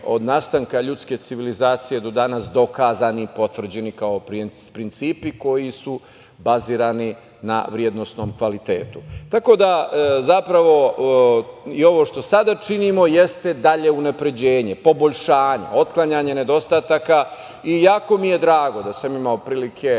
od nastanka ljudske civilizacije do danas dokazani i potvrđeni kao principi koji su bazirani na vrednosnom kvalitetu. Tako da, zapravo i ovo što sada činimo jeste dalje unapređenje, poboljšanje, otklanjanje nedostataka i jako mi je drago da sam imao prilike